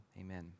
amen